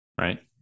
right